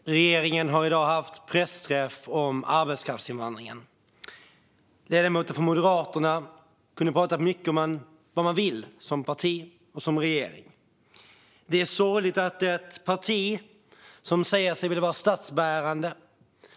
Fru talman! Regeringen har i dag haft pressträff om arbetskraftsinvandringen. Ledamoten från Moderaterna hade kunnat prata mycket om man vad man vill som parti och som regering. Det är sorgligt att ett parti som säger sig vara statsbärande,